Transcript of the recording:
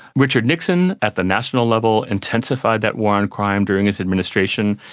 richard nixon at the national level intensified that war on crime during his administration.